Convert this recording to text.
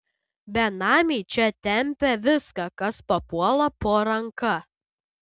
benamiai čia tempia viską kas papuola po ranka